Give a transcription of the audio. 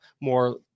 more